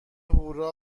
هورا